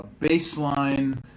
baseline